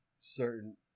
certain